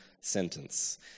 sentence